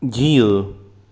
जीउ